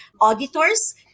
auditors